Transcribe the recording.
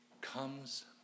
comes